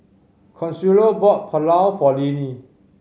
Consuelo bought Pulao for Linnie